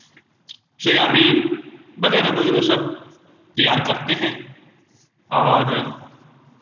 soybean वगैरह वगैरह सब तैयार करते हैं और